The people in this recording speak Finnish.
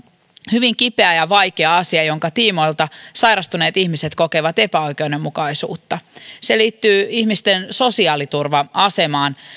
hyvin kipeä ja vaikea asia jonka tiimoilta sairastuneet ihmiset kokevat epäoikeudenmukaisuutta se liittyy ihmisten sosiaaliturva asemaan